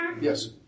Yes